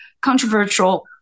controversial